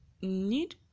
need